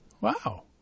Wow